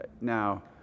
Now